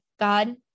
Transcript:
God